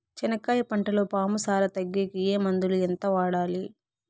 చెనక్కాయ పంటలో పాము సార తగ్గేకి ఏ మందులు? ఎంత వాడాలి?